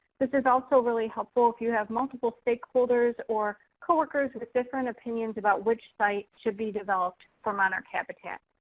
this is also really helpful if you have multiple stakeholders stakeholders or coworkers with different opinions about which sites should be developed for monarch habitat.